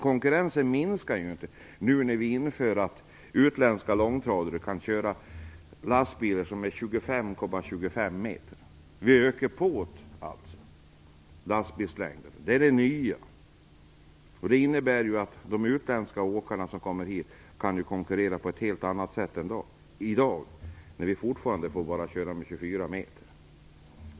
Konkurrensen minskar knappast nu när utländska långtradare och lastbilar enligt den bestämmelse som nu införs skall få mäta upp till 25,5 meter. Det innebär att de utländska åkare som kommer hit kommer att kunna konkurrera på ett helt annat sätt än i dag, när vi fortfarande bara får köra med lastbilar som är 24 meter långa.